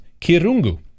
Kirungu